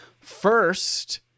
First